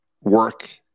work